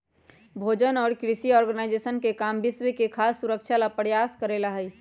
भोजन और कृषि ऑर्गेनाइजेशन के काम विश्व में खाद्य सुरक्षा ला प्रयास करे ला हई